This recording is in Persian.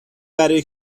برای